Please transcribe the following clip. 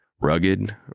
Rugged